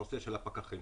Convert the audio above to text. נושא הפקחים.